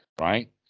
right